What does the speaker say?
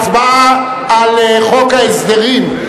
הצבעה על חוק ההסדרים,